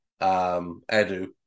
Edu